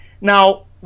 Now